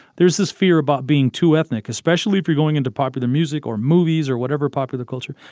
there is this fear about being too ethnic especially if you're going into popular music or movies or whatever popular culture.